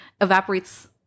evaporates